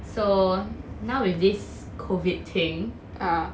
so now with this COVID thing